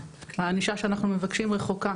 הענישה שאנחנו מבקשים רחוקה